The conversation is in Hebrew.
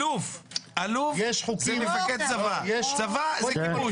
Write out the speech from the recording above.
אלוף זה מפקד צבא, צבא זה כיבוש.